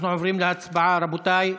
אנחנו עוברים להצבעה, רבותיי.